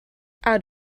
out